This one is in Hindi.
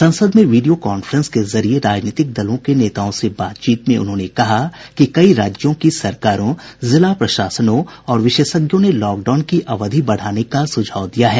संसद में वीडियो कॉन्फेंस के जरिये राजनीतिक दलों के नेताओं से बातचीत में उन्होंने कहा कि कई राज्यों की सरकारों जिला प्रशासनों और विशेषज्ञों ने लॉकडाउन की अवधि बढ़ाने का सुझाव दिया है